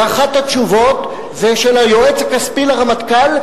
ואחת התשובות זה של היועץ הכספי לרמטכ"ל,